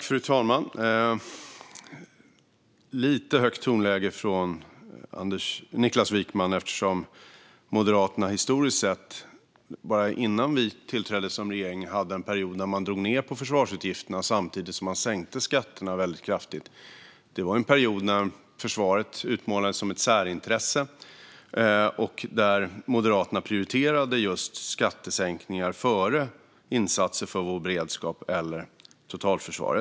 Fru talman! Det är lite högt tonläge från Niklas Wykman eftersom Moderaterna historiskt sett, innan vi tillträdde som regering, hade en period där man drog ned på försvarsutgifterna samtidigt som man sänkte skatterna väldigt kraftigt. Det var en period när försvaret utmålades som ett särintresse och där Moderaterna prioriterade just skattesänkningar före insatser för vår beredskap eller totalförsvaret.